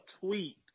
tweet